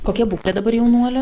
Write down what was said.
kokia būklė dabar jaunuolio